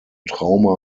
trauma